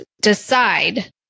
decide